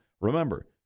Remember